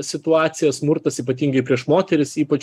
situacija smurtas ypatingai prieš moteris ypač